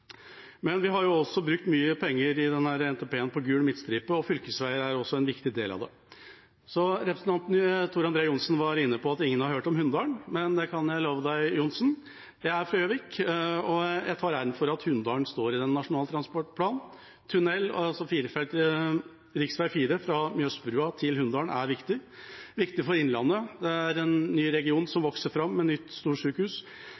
Vi har også brukt mye penger på gul midtstripe i denne NTP-en, og fylkesveier er også en viktig del av det. Representanten Tor André Johnsen var inne på at ingen har hørt om Hunndalen, men det kan jeg love deg, Johnsen: Jeg er fra Gjøvik, og jeg tar æren for at Hunndalen står i Nasjonal transportplan. Tunnel og firefelts rv. 4 fra Mjøsbrua til Hunndalen er viktig. Det er viktig for Innlandet. Det er en ny region som vokser fram med nytt storsykehus.